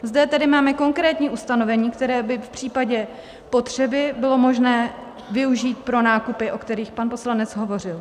Zde tedy máme konkrétní ustanovení, která by v případě potřeby bylo možné využít pro nákupy, o kterých pan poslanec hovořil.